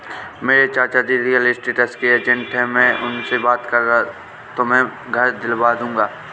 मेरे चाचाजी real estate के एजेंट है मैं उनसे बात कर तुम्हें घर दिलवा दूंगा